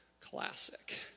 Classic